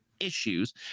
issues